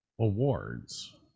awards